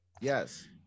Yes